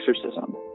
exorcism